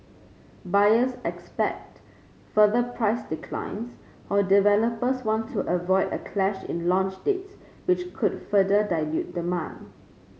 buyers expect further price declines while developers want to avoid a clash in launch dates which could further dilute demand